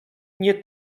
nie